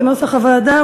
כנוסח הוועדה,